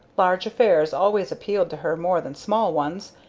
large affairs always appealed to her more than small ones,